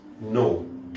No